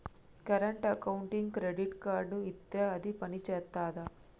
Current అకౌంట్కి credit card ఇత్తే అది పని చేత్తదా?